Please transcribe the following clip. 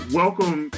welcome